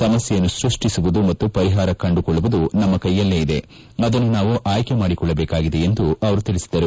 ಸಮಸ್ಥೆಯನ್ನು ಸ್ಪಷ್ಟಿಸುವುದು ಮತ್ತು ಪರಿಹಾರ ಕಂಡುಕೊಳ್ಳುವುದು ನಮ್ನ ಕ್ಯೆಯಲ್ಲೇ ಇದೆ ಅದನ್ನು ನಾವು ಆಯ್ಲೆ ಮಾಡಿಕೊಳ್ಳಬೇಕಾಗಿದೆ ಎಂದು ಅವರು ತಿಳಿಸಿದರು